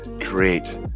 create